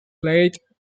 played